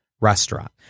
restaurant